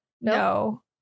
no